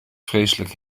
vreselijk